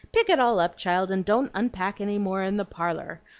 pick it all up, child, and don't unpack any more in the parlor.